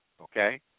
okay